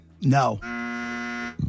No